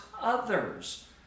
others